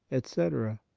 etc.